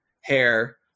hair